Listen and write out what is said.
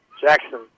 Jackson